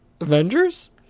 Avengers